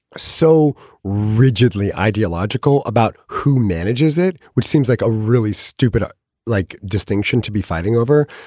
so rigidly ideological about who manages it, which seems like a really stupid like distinction to be fighting over.